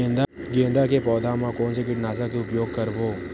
गेंदा के पौधा म कोन से कीटनाशक के उपयोग करबो?